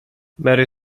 mary